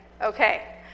Okay